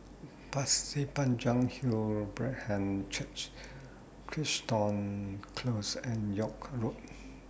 Pasir Panjang Hill Brethren Church Crichton Close and York Road